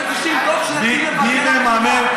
אתה יודע שמגישים דוח שנתי למבקר המדינה.